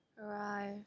arrive